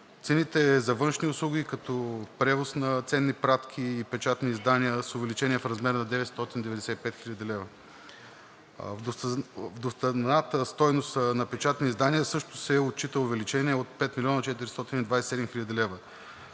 Цените за външни услуги като превоз на ценни пратки, печатни издания са увеличени в размер на 995 хил. лв. На доставната стойност на печатни издания също се отчита увеличение от 5 млн. 427 хил.